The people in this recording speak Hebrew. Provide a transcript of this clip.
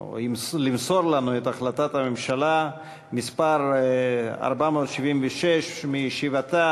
או למסור לנו את החלטת הממשלה מס' 476 מישיבתה